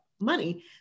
money